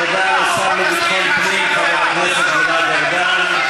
תודה לשר לביטחון פנים חבר הכנסת גלעד ארדן.